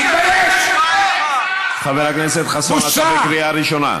תתבייש, חבר הכנסת חסון, אתה בקריאה ראשונה.